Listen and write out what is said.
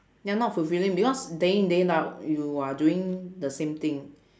ya not fulfilling because day in day out you are doing the same thing